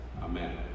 Amen